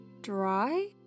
dry